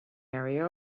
area